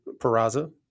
Peraza